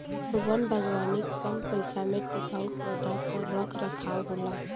वन बागवानी कम पइसा में टिकाऊ पौधा क रख रखाव होला